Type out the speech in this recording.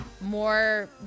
more